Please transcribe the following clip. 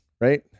right